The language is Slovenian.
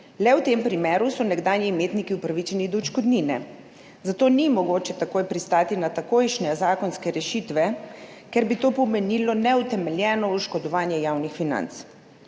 Le v tem primeru so nekdanji imetniki upravičeni do odškodnine, zato ni mogoče takoj pristati na takojšnje zakonske rešitve, ker bi to pomenilo neutemeljeno oškodovanje javnih financ.